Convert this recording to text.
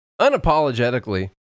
unapologetically